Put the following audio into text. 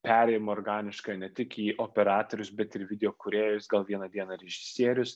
perėjimą organišką ne tik į operatorius bet ir video kūrėjus gal vieną dieną režisierius